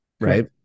Right